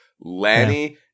Lanny